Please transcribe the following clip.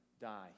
die